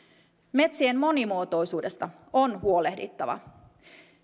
metsien monimuotoisuudesta on huolehdittava